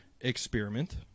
experiment